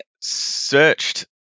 searched